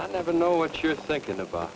i never know what you're thinking of